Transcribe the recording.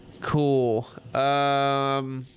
Cool